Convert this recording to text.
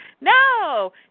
no